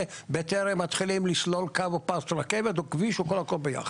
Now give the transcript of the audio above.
בטרם מתחילים לסלול קו או פס רכבת או כביש או הכול ביחד.